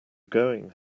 going